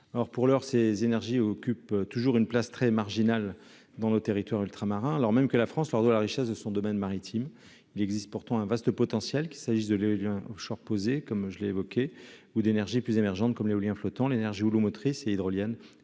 pour l'heure ces énergies occupe toujours une place très marginale dans nos territoires ultramarins, alors même que la France lors de la richesse de son domaine maritime, il existe pourtant un vaste potentiel qu'il s'agisse de l'Offshore posé comme je l'ai évoqué ou d'énergie plus émergentes comme l'éolien flottant l'énergie houlomotrice et hydroliennes